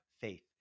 faith